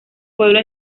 pueblo